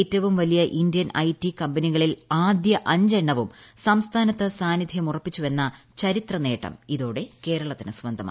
ഏറ്റവും വലിയ Indian IT കമ്പനികളിൽ ആദ്യ അഞ്ചെണ്ണവും സംസ്ഥാനത്തു സാന്നിധ്യമുറപ്പിച്ചുവെന്ന ചരിത്രനേട്ടം ഇതോടെ കേരളത്തിനു സ്വന്തമായി